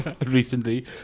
recently